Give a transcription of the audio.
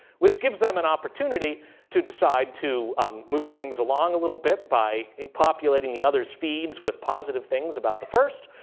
which gives them an opportunity to decide to move things along a little bit by populating the other's feeds with positive things about the first.